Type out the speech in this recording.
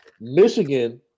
michigan